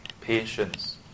patience